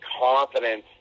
confidence